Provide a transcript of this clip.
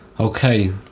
Okay